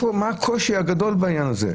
מה הקושי הגדול בעניין הזה?